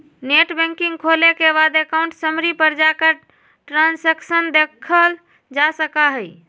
net banking खोले के बाद अकाउंट समरी पर जाकर ट्रांसैक्शन देखलजा सका हई